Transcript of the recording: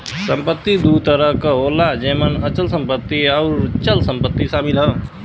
संपत्ति दू तरह क होला जेमन अचल संपत्ति आउर चल संपत्ति शामिल हौ